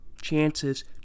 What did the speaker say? chances